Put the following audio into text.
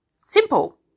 simple